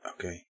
okay